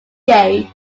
gate